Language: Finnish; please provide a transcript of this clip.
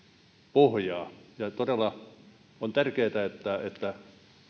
pohjaa ja todella on tärkeätä että että